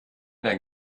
dein